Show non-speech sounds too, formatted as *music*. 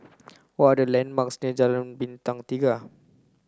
what are the landmarks *unintelligible* Bintang Tiga